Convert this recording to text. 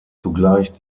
zugleich